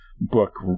book